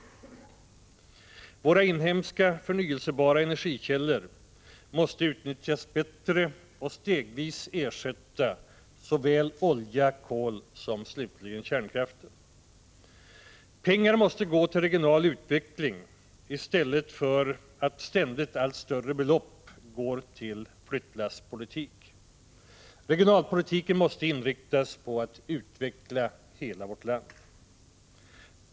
Våra inhemska förnyelsebara energikällor måste utnyttjas bättre och stegvis ersätta såväl olja och kol som slutligen kärnkraften. Pengar måste gå till regional utveckling i stället för att ständigt allt större belopp går till flyttlasspolitik. Regionalpolitiken måste inriktas på att utveckla hela vårt land.